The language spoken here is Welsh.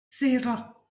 sero